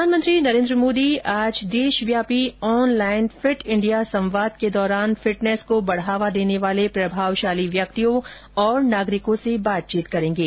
प्रधानमंत्री नरेंद्र मोदी आज देशव्यापी ऑनलाइन फिट इंडिया संवाद के दौरान फिटनेस को बढ़ावा देने वाले प्रभावशाली व्यक्तियों और नागरिकों से बातचीत करेंगे